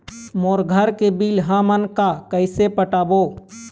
मोर घर के बिल हमन का कइसे पटाबो?